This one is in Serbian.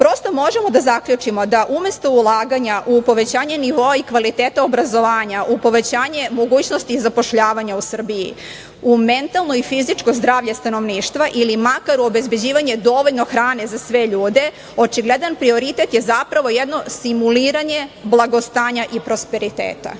utakmica? Možemo da zaključimo da umesto ulaganja u povećanje nivoa i kvaliteta obrazovanja u povećanje mogućnosti zapošljavanja u Srbiji, u mentalno i fizičko zdravlje stanovništva ili makar u obezbeđivanje dovoljno hrane za sve ljude, očigledan prioritet je zapravo jedno simuliranje blagostanja i prosperiteta.